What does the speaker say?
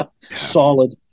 solid